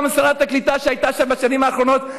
גם שרת הקליטה שהייתה שם בשנים האחרונות,